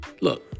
look